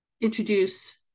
introduce